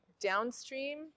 downstream